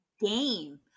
game